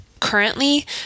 currently